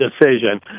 decision